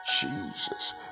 Jesus